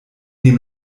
dem